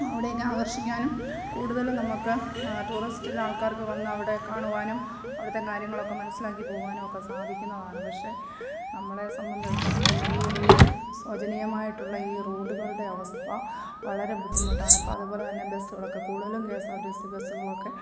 അവിടേക്ക് ആകർഷിക്കാനും കൂടുതലും നമുക്ക് ടൂറിസ്റ്റിൽ ആൾക്കാർക്ക് വന്ന് അവിടെ കാണുവാനും അവിടുത്തെ കാര്യങ്ങളൊക്കെ മനസ്സിലാക്കി പോവാനും ഒക്കെ സാധിക്കുന്നതാണ് പക്ഷേ നമ്മളെ സംബന്ധിച്ചിടത്തോളം ഈ റീ ശോചനീയമായിട്ടുള്ള ഈ റോഡുകളുടെ അവസ്ഥ വളരെ ബുദ്ധിമുട്ടാണ് ഇപ്പം അതുപോലെ തന്നെ ബസ്സുകളൊക്കെ കൂടുലും K S R T C ബസ്സുകളൊക്കെ